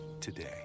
today